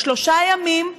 שלושה ימים,